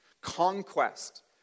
conquest